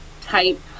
type